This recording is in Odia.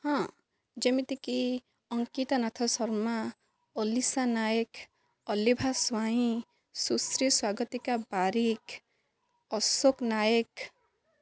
ହଁ ଯେମିତିକି ଅଙ୍କିତା ନାଥ ଶର୍ମା ଅଲିସା ନାୟକ ଅଲିଭା ସ୍ୱାଇଁ ସୁଶ୍ରୀ ସ୍ଵାଗତିକା ବାରିକ ଅଶୋକ ନାୟକ